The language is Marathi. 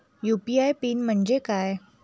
यू.पी.आय पिन म्हणजे काय?